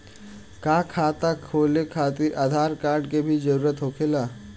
का खाता खोले खातिर आधार कार्ड के भी जरूरत होखेला?